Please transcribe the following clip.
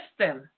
system